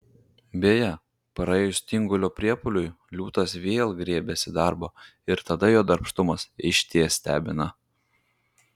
beje praėjus tingulio priepuoliui liūtas vėl griebiasi darbo ir tada jo darbštumas išties stebina